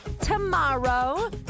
tomorrow